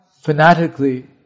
fanatically